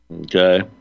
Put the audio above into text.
Okay